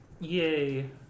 Yay